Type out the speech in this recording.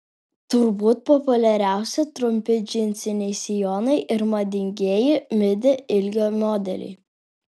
turbūt populiariausi trumpi džinsiniai sijonai ir madingieji midi ilgio modeliai